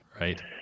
Right